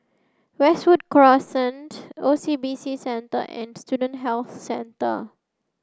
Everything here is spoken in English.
Westwood Crescent O C B C Centre and Student Health Centre